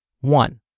One